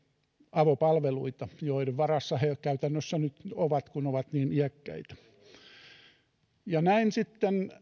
avopalveluita joiden varassa he käytännössä nyt ovat kun ovat niin iäkkäitä näin sitten